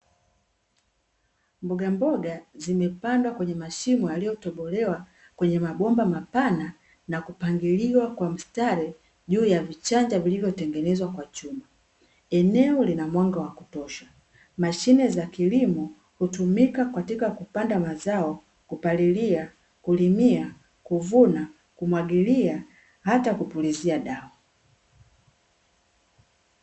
Mboga mboga zimepandwa kwenye mashimo yaliyotobolewa kwenye mabomba mapana na kupangiliwa kwa mstari juu ya vichanja vilivyotengenezwa kwa chuma. Eneo lina mwanga wa kutosha, mashine za kilimo hutumika katika kupanda mazao, kupalilia, kulimia, kuvuna, kumwagilia hata kupulizia dawa.